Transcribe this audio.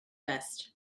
vest